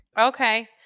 okay